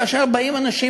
כאשר באים אנשים,